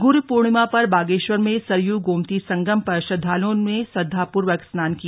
गुरु पूर्णिमा पर बागेश्वर में सरयू गोमती संगम पर श्रद्धालुओं ने श्रद्धा पूर्वक स्नान किया